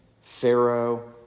Pharaoh